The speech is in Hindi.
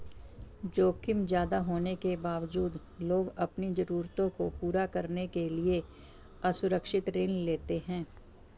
जोखिम ज्यादा होने के बावजूद लोग अपनी जरूरतों को पूरा करने के लिए असुरक्षित ऋण लेते हैं